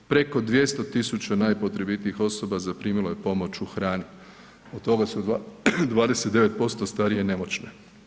Preko 200 tisuća najpotrebitijih osoba zaprimilo je pomoć u hrani od toga su 29% starije i nemoćne.